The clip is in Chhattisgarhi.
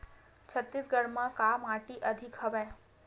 छत्तीसगढ़ म का माटी अधिक हवे?